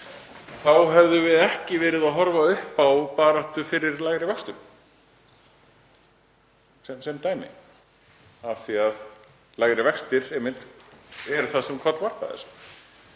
þá hefðum við ekki verið að horfa upp á baráttu fyrir lægri vöxtum, sem dæmi. Lægri vextir eru það sem kollvarpaði þessu.